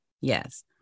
Yes